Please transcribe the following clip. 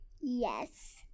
Yes